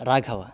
राघवः